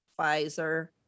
Pfizer